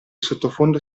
sottofondo